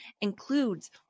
includes